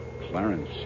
Clarence